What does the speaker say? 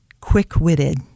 quick-witted